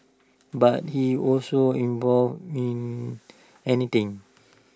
but he also involved in anything